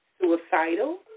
suicidal